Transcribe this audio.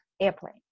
airplane